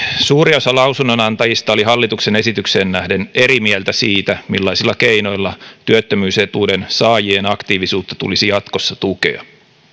suuri osa lausunnonantajista oli hallituksen esitykseen nähden eri mieltä siitä millaisilla keinoilla työttömyysetuuden saajien aktiivisuutta tulisi jatkossa tukea